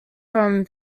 from